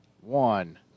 one